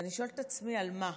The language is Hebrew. ואני שואלת את עצמי: על מה?